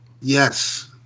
Yes